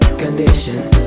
conditions